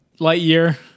Lightyear